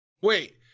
wait